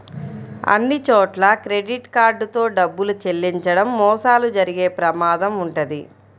అన్నిచోట్లా credit card తో డబ్బులు చెల్లించడం మోసాలు జరిగే ప్రమాదం వుంటది